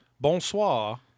Bonsoir